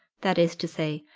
that is to say,